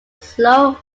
slow